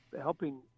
helping